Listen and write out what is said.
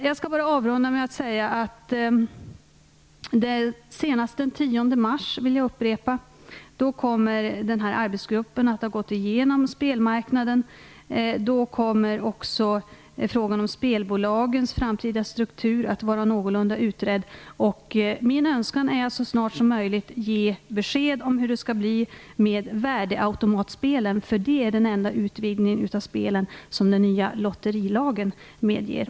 Jag vill upprepa att den här arbetsgruppen senast den 10 mars kommer att ha gått igenom spelmarknaden, och då kommer också frågan om spelbolagens framtida struktur att vara någorlunda utredd. Min önskan är att så snart som möjligt ge besked om hur det skall bli med värdeautomatspelen, för det är den enda utvidgning av spelen som den nya lotterilagen medger.